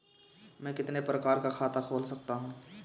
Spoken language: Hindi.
मैं कितने प्रकार का खाता खोल सकता हूँ?